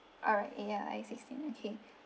alright A L I sixteen okay